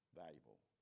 valuable